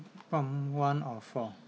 prompt one of four